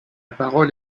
parole